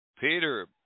Peter